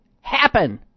happen